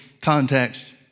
context